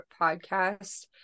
podcast